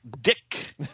dick